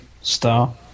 star